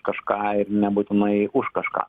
kažką ir nebūtinai už kažką